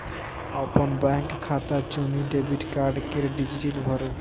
अपन बैंक खाता चुनि डेबिट कार्ड केर डिटेल भरु